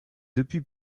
depuis